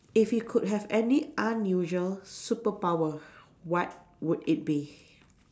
if you could have any unusual superpower what would it be